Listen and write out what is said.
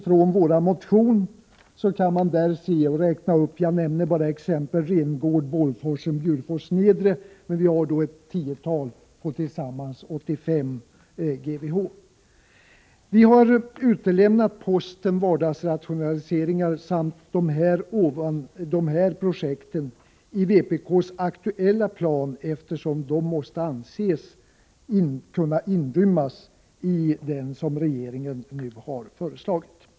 Från vår motion räknar jag bara som exempel upp Rengård, Bålforsen och Bjurfors nedre. Vi har angivit ett tiotal projekt på tillsammans 85 GWh. Vi har utelämnat posten vardagsrationaliseringar samt de här omnämnda projekten i vpk:s aktuella plan, eftersom de måste anses kunna inrymmas i den plan som regeringen nu har föreslagit.